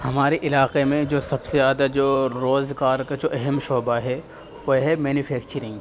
ہمارے علاقے میں جو سب سے زیادہ جو روزگار کا جو اہم شعبہ ہے وہ ہے مینوفیکچرنگ